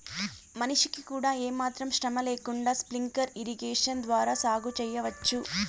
మనిషికి కూడా ఏమాత్రం శ్రమ లేకుండా స్ప్రింక్లర్ ఇరిగేషన్ ద్వారా సాగు చేయవచ్చు